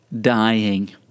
dying